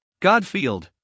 Godfield